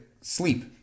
sleep